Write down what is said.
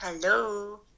Hello